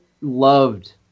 loved